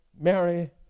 Mary